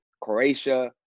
Croatia